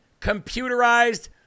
computerized